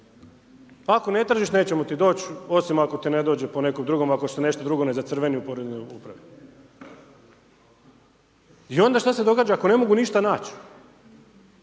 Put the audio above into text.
Ako ne tražiš, nećemo ti doći, osim ako te ne dođe po nekom drugom, ako se nešto drugo ne zacrveni u poreznoj upravi. I onda šta se događa ako ne mogu ništa naći,